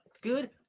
good